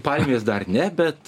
palmės dar ne bet